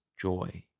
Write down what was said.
joy